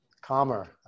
calmer